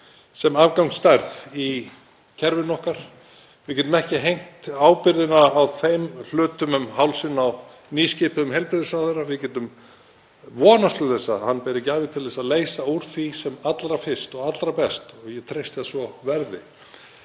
sem afgangsstærð í kerfinu okkar. Við getum ekki hengt ábyrgðina á þeim hlutum um hálsinn á nýskipuðum heilbrigðisráðherra. Við getum vonast til að hann beri gæfu til að leysa úr því sem allra fyrst og allra best og ég treysti að svo verði.